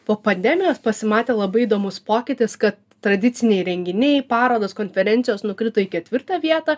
po pandemijos pasimatė labai įdomus pokytis kad tradiciniai renginiai parodos konferencijos nukrito į ketvirtą vietą